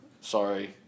Sorry